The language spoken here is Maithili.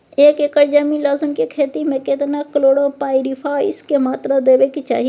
एक एकर जमीन लहसुन के खेती मे केतना कलोरोपाईरिफास के मात्रा देबै के चाही?